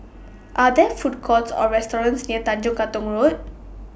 Are There Food Courts Or restaurants near Tanjong Katong Road